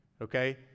okay